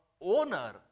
owner